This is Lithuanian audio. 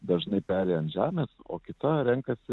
dažnai peri ant žemės o kita renkasi